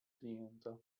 klienta